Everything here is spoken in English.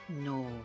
No